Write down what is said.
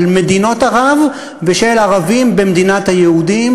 מדינות ערב ושל ערבים במדינת היהודים,